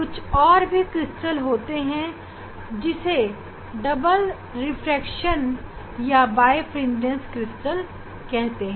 कुछ और क्रिस्टल भी होते हैं जिसे डबल रिफ्रैक्शन या बायफिरेंजंस क्रिस्टल कहते हैं